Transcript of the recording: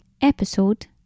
episode